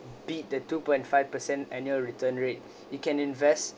beat the two point five per cent annual return rate you can invest